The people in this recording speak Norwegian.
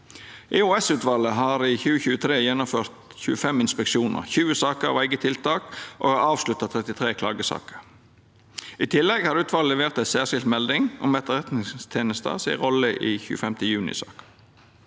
EOS-utvalet har i 2023 gjennomført 25 inspeksjonar, 20 saker av eige tiltak, og dei har avslutta 33 klagesaker. I tillegg har utvalet levert ei særskild melding om Etterretningstenesta si rolle i 25. juni-saka.